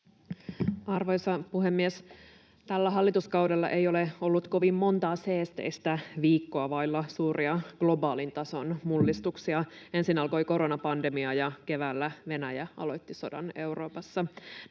Arvoisa puhemies! Tällä hallituskaudella ei ole ollut kovin monta seesteistä viikkoa vailla suuria globaalin tason mullistuksia. Ensin alkoi koronapandemia, ja keväällä Venäjä aloitti sodan Euroopassa.